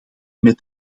met